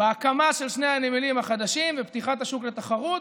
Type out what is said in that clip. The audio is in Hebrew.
בהקמה של שני הנמלים החדשים ופתיחת השוק לתחרות,